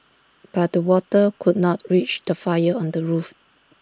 but the water could not reach the fire on the roof